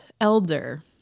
elder